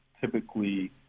typically